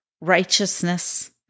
righteousness